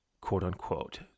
quote-unquote